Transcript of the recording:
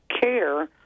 care